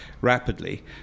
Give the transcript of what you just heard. rapidly